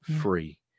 free